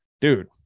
dude